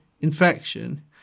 infection